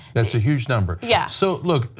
that is a huge number. yeah so, look,